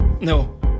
no